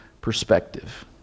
perspective